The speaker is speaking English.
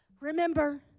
Remember